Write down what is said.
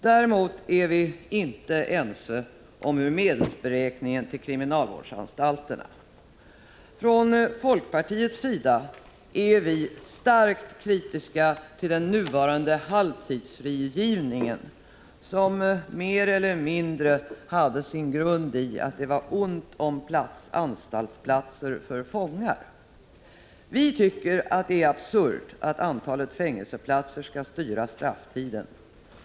Däremot är vi inte ense om medelsberäkningen till kriminalvårdsanstalterna. Från folkpartiets sida är vi starkt kritiska till den nuvarande halvtidsfrigivningen som mer eller mindre hade sin grund i att det var ont om anstaltsplatser för fångar. Vi tycker att det är absurt att antalet fängelseplatser skall styra strafftiden.